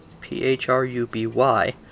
P-H-R-U-B-Y